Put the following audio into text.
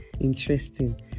Interesting